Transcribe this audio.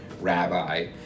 rabbi